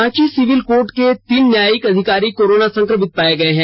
Ranchi civil court के तीन न्यायिक अधिकारी के कोराना संक्रमित पाए गए हैं